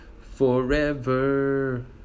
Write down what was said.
forever